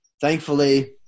thankfully